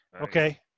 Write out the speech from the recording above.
Okay